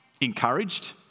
encouraged